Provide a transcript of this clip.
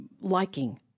liking